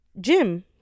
Jim